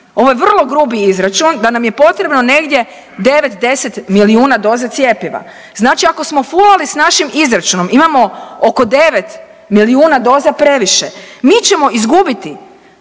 ovo je vrlo grubi izračun, da nam je potrebno negdje 9, 10 milijuna doza cjepiva. Znači ako smo fulali s našim izračunom imamo oko 9 milijuna doza previše, mi ćemo izgubiti